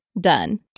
done